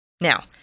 Now